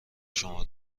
شما